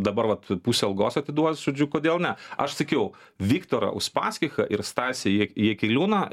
dabar vat pusę algos atiduos žodžiu kodėl ne aš sakiau viktorą uspaskichą ir stasį jaki jakeliūną